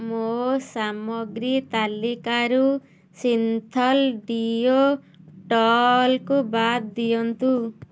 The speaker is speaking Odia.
ମୋ ସାମଗ୍ରୀ ତାଲିକାରୁ ସିନ୍ଥଲ ଡିଓ ଟାଲ୍କ୍କୁ ବାଦ ଦିଅନ୍ତୁ